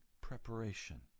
preparation